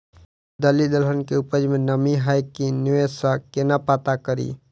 दालि दलहन केँ उपज मे नमी हय की नै सँ केना पत्ता कड़ी?